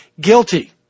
guilty